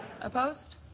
Opposed